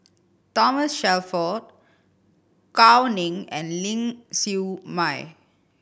Thomas Shelford Gao Ning and Ling Siew May